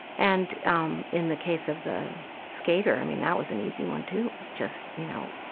and um in the case of the skater, i mean, that was an easy one too. it was just, you know,